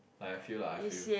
like I feel lah I feel